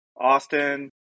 Austin